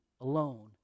alone